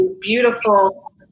beautiful